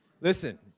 Listen